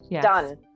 Done